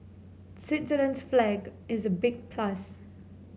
Switzerland's flag is a big plus